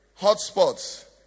hotspots